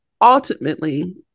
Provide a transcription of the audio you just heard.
ultimately